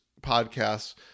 podcasts